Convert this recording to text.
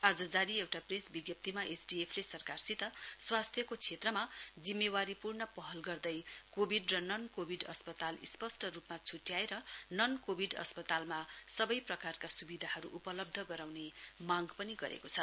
आज जारी एउटा प्रेस विज्ञप्तीमा एसडिएफले सरारसित स्वास्थ्यको क्षेत्रमा जिम्मेवारीपूर्ण पहल गर्दै कोविड र नन् कोविड अस्पताल स्पष्ट रूपमा छुट्याएर नन् कोविड अस्पतालमा सबै प्रकारका सुविधाहरू उपलब्ध गाउने मांग पनि गरेको छ